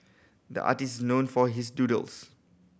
the artist known for his doodles